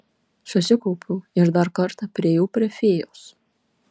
susikaupiau ir dar kartą priėjau prie fėjos